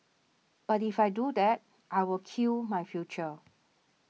but if I do that I will kill my future